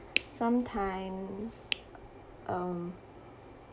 sometimes um